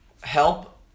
help